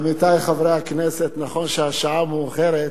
עמיתי חברי הכנסת, נכון שהשעה מאוחרת,